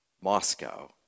Moscow